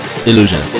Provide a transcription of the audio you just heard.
Illusion